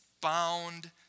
bound